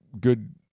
good